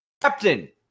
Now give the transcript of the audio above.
captain